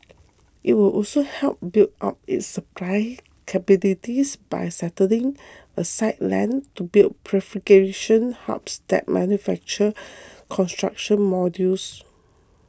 it will also help build up its supply capabilities by setting aside land to build prefabrication hubs that manufacture construction modules